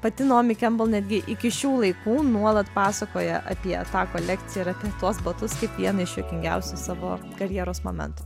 pati naomi kembel netgi iki šių laikų nuolat pasakoja apie tą kolekciją ir apie tuos batus kaip vieną iš juokingiausių savo karjeros momentų